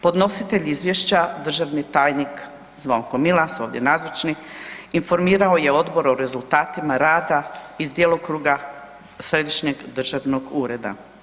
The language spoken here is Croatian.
Podnositelj Izvješća državni tajnik, Zvonko Milas, ovdje nazočni, informirao je Odbor o rezultatima rada iz djelokruga središnjeg državnog ureda.